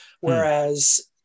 whereas